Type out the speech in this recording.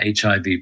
HIV